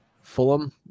Fulham